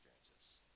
experiences